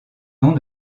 noms